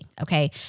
Okay